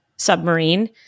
Submarine